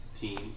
team